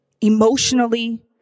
emotionally